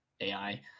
ai